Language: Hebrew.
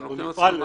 רונן ניסים,